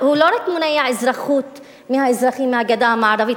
הוא לא רק מונע אזרחות מהאזרחים מהגדה המערבית,